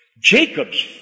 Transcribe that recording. Jacob's